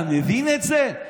אתה מבין את זה?